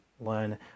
learn